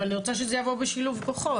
אבל אני רוצה שזה יבוא בשילוב כוחות,